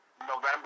November